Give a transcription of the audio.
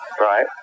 Right